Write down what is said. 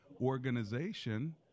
organization